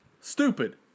stupid